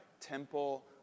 temple